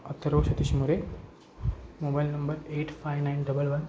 Atharva Satish More mobile number eight five nine double one